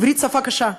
עברית שפה קשה.